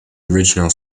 original